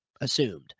assumed